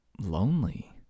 lonely